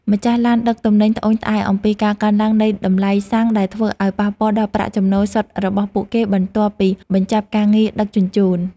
ម្ចាស់ឡានដឹកទំនិញត្អូញត្អែរអំពីការកើនឡើងនៃតម្លៃសាំងដែលធ្វើឱ្យប៉ះពាល់ដល់ប្រាក់ចំណូលសុទ្ធរបស់ពួកគេបន្ទាប់ពីបញ្ចប់ការងារ ដឹកជញ្ជូន។